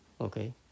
Okay